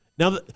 Now